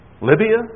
Libya